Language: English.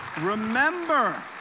remember